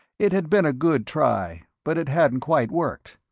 it had been a good try, but it hadn't quite worked.